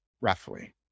roughly